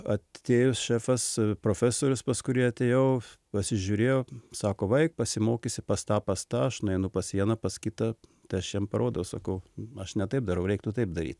atėjus šefas profesorius pas kurį atėjau pasižiūrėjo sako va eik pasimokysi pas tą pas tą aš nueinu pas vieną pas kitą tai aš jam parodo sakau aš ne taip darau reiktų taip daryt